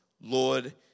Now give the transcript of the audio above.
Lord